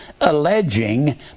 alleging